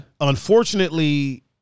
Unfortunately